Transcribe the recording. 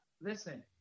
listen